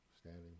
standing